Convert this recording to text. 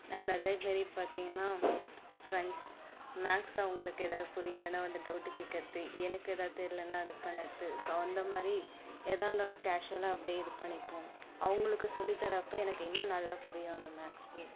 நான் அதே மாரி பார்த்திங்கன்னா ஃப்ரெண்ட்ஸ் மேக்ஸ் அவங்களுக்கு ஏதாவது புரியலைனா வந்து டவுட்டு கேட்கறது எனக்கு எதாவது தெரியலனா அது பண்ணது ஸோ அந்த மாதிரி எதாக இருந்தாலும் கேஷுவலா அப்படே இது பண்ணிப்போம் அவங்களுக்கு சொல்லித் தரப்போ எனக்கு இன்னும் நல்லா புரியும் அந்த மேக்ஸு